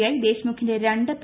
I ദേശ്മുഖിന്റെ രണ്ട് P